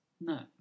No